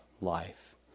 life